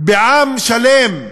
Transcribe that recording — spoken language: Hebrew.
בעם שלם.